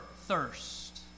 thirst